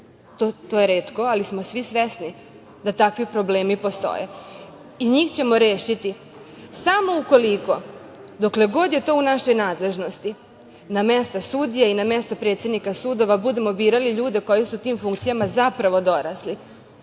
To je retko, ali smo svi svesni da takvi problemi postoje i njih ćemo rešiti samo ukoliko, dokle god je to u našoj nadležnosti, na mesta sudija i na mesta predsednika sudova budemo birali ljudi koji su tim funkcijama zapravo dorasli